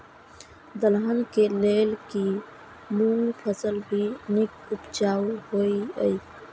दलहन के लेल भी मूँग फसल भी नीक उपजाऊ होय ईय?